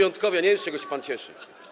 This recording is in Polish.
Ja nie wiem, z czego się pan cieszy.